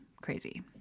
crazy